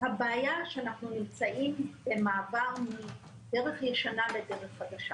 הבעיה שאנחנו נמצאים במעבר מדרך ישנה לדרך חדשה